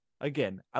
again